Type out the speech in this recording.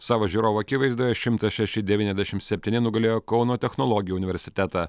savo žiūrovų akivaizdoje šimtas šeši devyniasdešimt septyni nugalėjo kauno technologijų universitetą